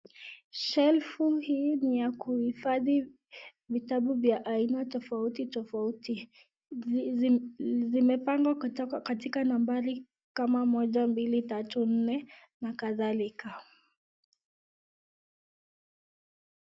Shelve hii ni wa kuhifadhi vitabu vya aina tofauti tofauti vimepangwa kutoka nambari kama moja mbili tatu nne na kadhalika.